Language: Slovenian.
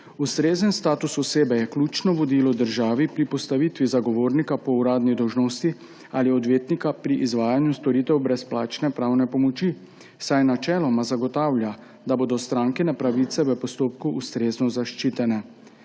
Ustrezen status osebe je ključno vodilo državi pri postavitvi zagovornika po uradni dolžnosti ali odvetnika pri izvajanju storitev brezplačne pravne pomoči, saj načeloma zagotavlja, da bodo strankine pravice v postopku ustrezno zaščitene.